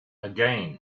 again